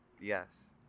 Yes